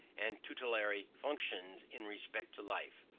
and tutelary functions in respect to life,